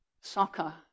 soccer